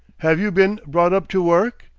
have you been brought up to work?